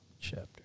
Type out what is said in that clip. chapter